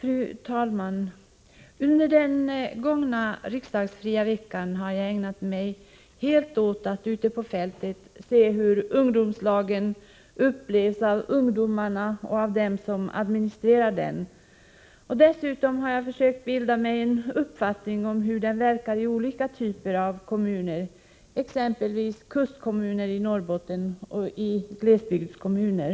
Fru talman! Under den gångna sammanträdesfria veckan har jag ägnat mig helt åt att ute på fältet studera hur ungdomslagen upplevs av ungdomarna och av dem som administrerar verksamheten. Samtidigt har jag försökt bilda mig en uppfattning om hur ungdomslagen verkar i olika typer av kommuner, exempelvis kustkommuner i Norrbotten och glesbygdskommuner.